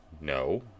No